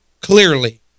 clearly